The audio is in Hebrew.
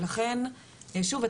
שוב,